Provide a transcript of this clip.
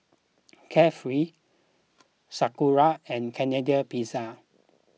Carefree Sakura and Canadian Pizza